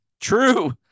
true